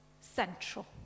central